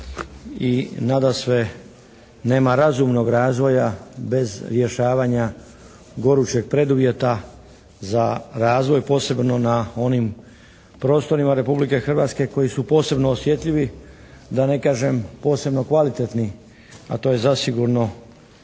i nadasve nema razumnog razvoja bez rješavanja gorućeg preduvjeta za razvoj, posebno na onim prostorima Republike Hrvatske koji su posebno osjetljivi, da ne kažem posebno kvalitetni, a to je zasigurno